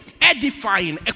edifying